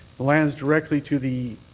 the lands directly to the